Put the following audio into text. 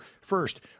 first